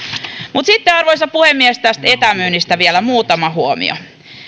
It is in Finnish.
mutta sitten arvoisa puhemies etämyynnistä vielä muutama huomio